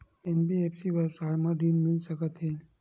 NBFC व्यवसाय मा ऋण मिल सकत हे